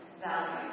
value